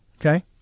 Okay